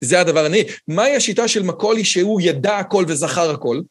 זה הדבר הנה. מהי השיטה של מקולי שהוא ידע הכל וזכר הכל?